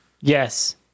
yes